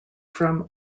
from